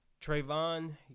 Trayvon